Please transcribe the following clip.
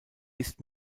ist